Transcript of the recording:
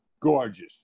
gorgeous